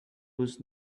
was